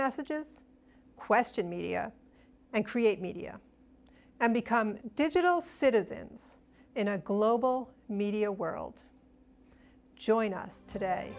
messages question media and create media and become digital citizens in a global media world join us today